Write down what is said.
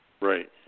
Right